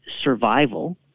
survival